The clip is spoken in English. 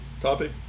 topic